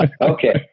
Okay